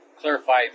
clarify